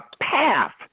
path